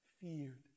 feared